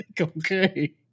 Okay